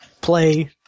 play